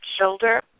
shoulder